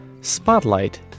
Spotlight